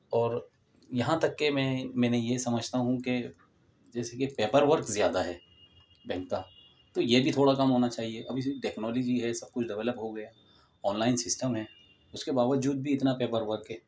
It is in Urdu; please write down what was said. اور یہاں تک کہ میں میں نے یہ سمجھتا ہوں کہ جیسے کہ پیپر ورک زیادہ ہے بینک کا تو یہ بھی تھوڑا کم ہونا چاہیے اب ایسی ٹکنالوجی ہے سب کچھ ڈیولپ ہو گیا آن لائن سسٹم ہے اس کے باوجود بھی اتنا پیپر ورک ہے